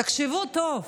תחשבו טוב,